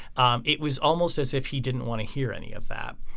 um it was almost as if he didn't want to hear any of that.